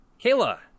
Kayla